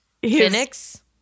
Phoenix